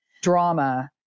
drama